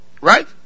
Right